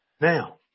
Now